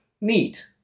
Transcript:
Neat